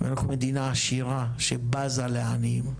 ואנחנו מדינה עשירה שבזה לעניים.